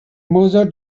mother